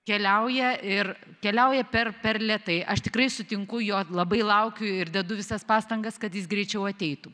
keliauja ir keliauja per per lėtai aš tikrai sutinku jog labai laukiu ir dedu visas pastangas kad jis greičiau ateitų